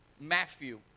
Matthew